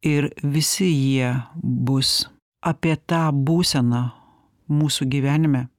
ir visi jie bus apie tą būseną mūsų gyvenime